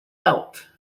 out